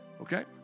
Okay